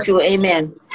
amen